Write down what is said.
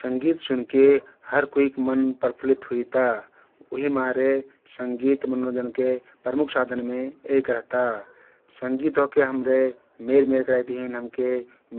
संगित सुनके हर कुइक मन प्रफुल्लित हुइता । उही मारे संगित मनोरञ्जनके प्रमुख साधन महती एक रहता । संगित ओहके हम्रे मेर मेरक कराइक तहिन हमके